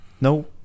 No